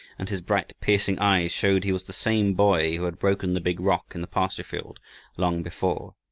and his bright, piercing eyes showed he was the same boy who had broken the big rock in the pasture-field long before.